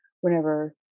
whenever